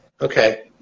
Okay